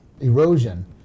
erosion